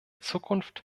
zukunft